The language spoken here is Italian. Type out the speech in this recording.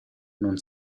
non